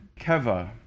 keva